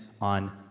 on